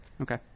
Okay